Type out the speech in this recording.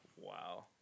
Wow